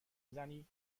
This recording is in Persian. زنی